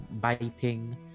biting